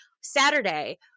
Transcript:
Saturday